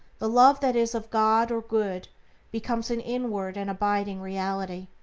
the love that is of god or good becomes an inward and abiding reality.